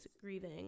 grieving